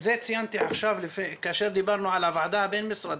את זה ציינתי עכשיו כאשר דיברנו על הוועדה הבין משרדית,